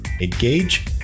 Engage